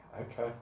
okay